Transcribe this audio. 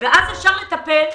ואז אפשר לטפל.